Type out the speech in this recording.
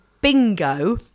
bingo